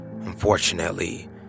Unfortunately